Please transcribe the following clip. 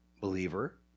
Believer